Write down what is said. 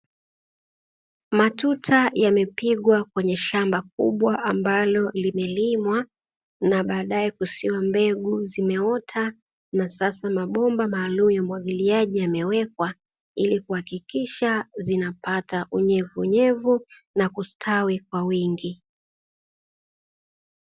Matuta yamepigwa kwenye shamba kubwa, ambalo limelimwa, na baadae kusiwa mbegu imeota, na sasa mabomba maalumu ya umwagiliaji yamewekwa, ili kuhakikisha zinapata unyevuunyevu na kustawi kwa wingi.